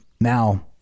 Now